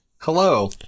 Hello